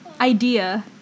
Idea